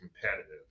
competitive